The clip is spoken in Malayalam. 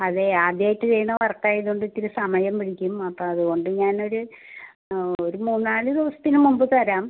അതെ ആദ്യമായിട്ട് ചെയ്യുന്ന വർക്ക് ആയതുകൊണ്ട് ഇത്തിരി സമയം പിടിക്കും അപ്പം അതുകൊണ്ട് ഞാനൊരു ഒരു മൂന്നാല് ദിവസത്തിന് മുമ്പ് തരാം